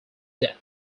death